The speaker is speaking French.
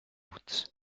août